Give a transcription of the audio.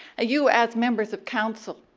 you as members of council,